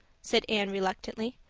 said anne reluctantly,